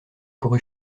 courut